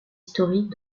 historiques